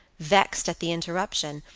vexed at the interruption,